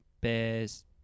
bears